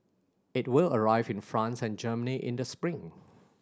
it will arrive in France and Germany in the spring